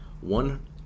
one